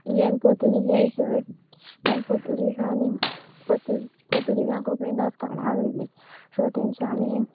जेन्ना पोर्तुगीज येयले चोय तेन्ना पोर्तुगीजांनी पोर्तु पोर्तुगीजांक कोंकणी भास कळनासली सो तेंच्यांनी